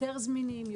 יותר זמינים,